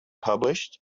published